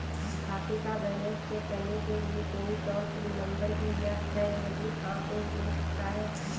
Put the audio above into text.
खाते का balance check करने के लिए कोई टॉल फ्री नम्बर भी है यदि हाँ तो मिल सकता है?